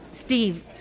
Steve